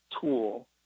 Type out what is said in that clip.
tool